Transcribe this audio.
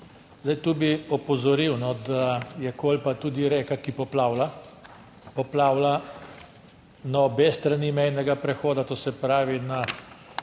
Zdaj, tu bi opozoril, da je Kolpa tudi reka, ki poplavlja. Poplavlja na obe strani mejnega prehoda, to se pravi na